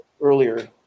earlier